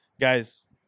guys